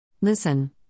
Listen